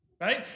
right